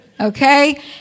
Okay